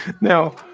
Now